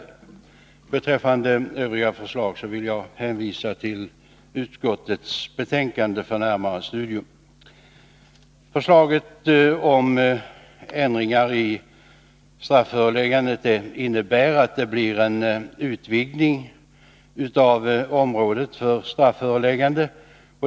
Beträffande övriga förslag vill jag hänvisa till utskottsbetänkandet. Förslaget om ändring beträffande strafföreläggande innebär att det blir en utvidgning av området för strafföreläggande.